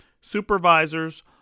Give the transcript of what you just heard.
supervisors